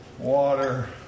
water